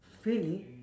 really